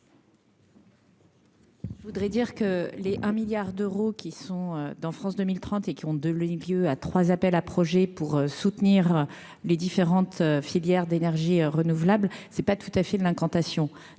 Voudrait dire que les un milliard d'euros qui sont dans France 2030 et qui ont de l'EI lieu à trois appels à projets pour soutenir les différentes filières d'énergies renouvelables, c'est pas tout à fait de l'incantation,